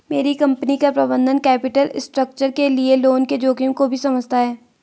मेरी कंपनी का प्रबंधन कैपिटल स्ट्रक्चर के लिए लोन के जोखिम को भी समझता है